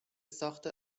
ساخت